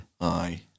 Aye